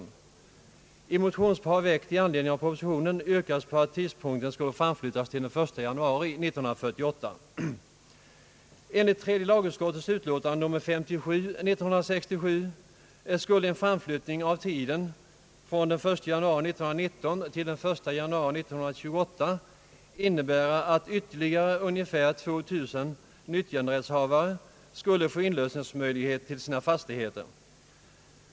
I ett motionspar väckt i anledning av propositionen yrkades på att tidpunkten skulle framflyttas till den 1 januari 1948. Enligt tredje lagutskottets utlåtande nr 57 år 1967 skulle en framflyttning av tiden från den 1 januari 1919 till den 1 januari 1928 innebära att ytterligare ungefär 2 000 nyttjanderättshavare skulle få inlösningsmöjlighet till sina fastigheter.